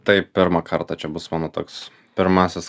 taip pirmą kartą čia bus mano toks pirmasis